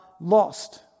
lost